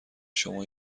شما